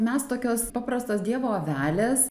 mes tokios paprastos dievo avelės